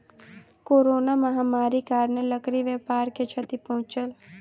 corona महामारीक कारणेँ लकड़ी व्यापार के क्षति पहुँचल